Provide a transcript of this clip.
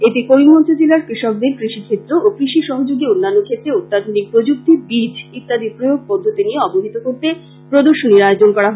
এতে করিমগঞ্জ জেলার কৃষকদের কৃষি ক্ষেত্র ও কৃষি সহযোগী অন্যান্য ক্ষেত্রে অত্যাধুনিক প্রযুক্তি বীজ ইত্যাদি প্রয়োগ পদ্ধতি নিয়ে অবহিত করতে প্রদর্শনীর আয়োজন করা হয়